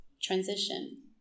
transition